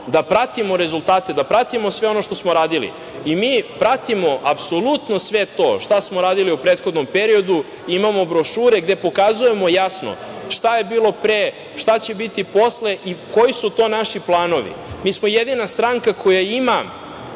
da pratimo rezultate, da pratimo sve ono što smo radili. Mi pratimo apsolutno sve to šta smo radili u prethodnom periodu, imamo brošure gde pokazujemo jasno šta je bilo pre, šta će biti posle i koji su to naši planovi. Mi smo jedina stranka koja ima